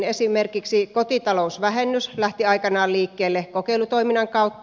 esimerkiksi kotitalousvähennys lähti aikanaan liikkeelle kokeilutoiminnan kautta